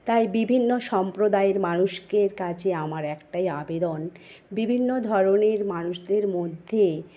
তাই বিভিন্ন সম্প্রদায়ের মানুষের কাছে আমার একটাই আবেদন বিভিন্ন ধরনের মানুষদের মধ্যে